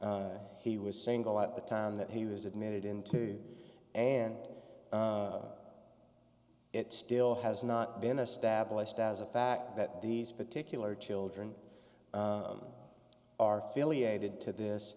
e he was single at the time that he was admitted into an it still has not been established as a fact that these particular children are fairly aged to this